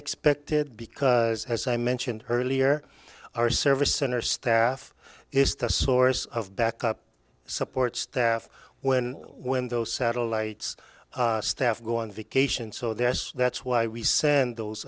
expected because as i mentioned earlier our service center staff is the source of back up support staff when when those satellites staff go on vacation so there's that's why we send those